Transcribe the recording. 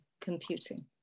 computing